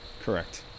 correct